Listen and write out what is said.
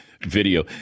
Video